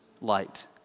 light